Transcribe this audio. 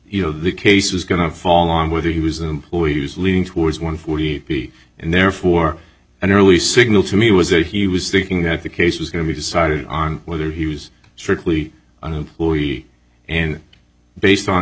you know the case was going to fall on whether he was employed it was leaning towards one forty and therefore an early signal to me was that he was thinking that the case was going to be decided on whether he was strictly an employee and based on